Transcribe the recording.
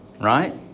right